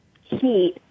heat